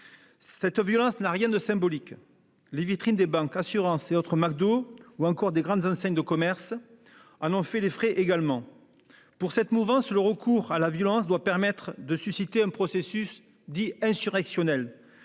Cette violence n'a rien de symbolique. Les vitrines des banques, des assurances, des McDonald's ou encore des grandes enseignes de commerce en ont elles aussi fait les frais. Pour cette mouvance, le recours à la violence doit susciter un processus dit insurrectionnel,